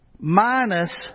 Minus